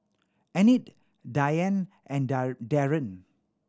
Enid Dianne and Daryn